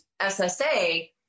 SSA